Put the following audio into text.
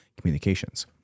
communications